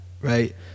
right